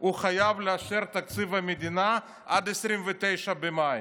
הוא חייב לאשר את תקציב המדינה עד 29 במאי,